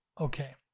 okay